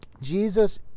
Jesus